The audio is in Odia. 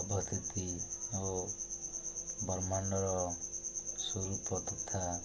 ଅବସ୍ଥିତି ଓ ବ୍ରହ୍ମାଣ୍ଡର ସ୍ୱରୂପ ତଥା